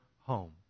home